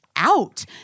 Out